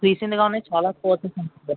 recent గానే చాలా courses ఉన్నాయి